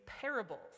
parables